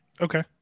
Okay